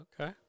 Okay